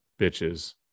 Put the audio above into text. bitches